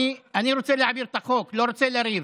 אני רוצה להעביר את החוק, לא רוצה לריב.